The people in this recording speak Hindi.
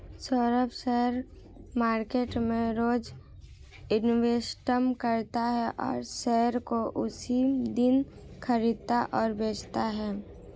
सौरभ शेयर मार्केट में रोज इन्वेस्टमेंट करता है और शेयर को उसी दिन खरीदता और बेचता है